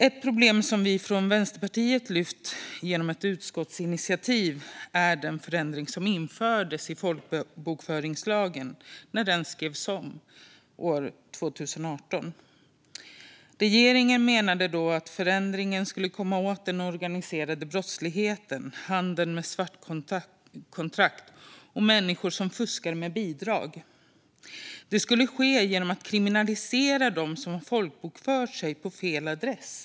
Ett problem som vi från Vänsterpartiet har lyft fram genom att föreslå ett utskottsinitiativ är den förändring som infördes när folkbokföringslagen skrevs om 2018. Regeringen menade då att förändringen skulle leda till att man skulle komma åt den organiserade brottsligheten, handeln med svartkontrakt och människor som fuskar med bidrag. Det skulle ske genom att kriminalisera dem som folkbokfört sig på fel adress.